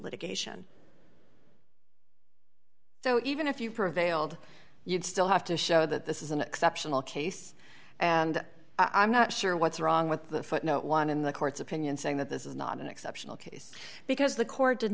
litigation so even if you prevailed you'd still have to show that this is an exceptional case and i'm not sure what's wrong with the footnote one in the court's opinion saying that this is not an exceptional case because the court did